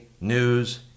news